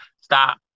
stop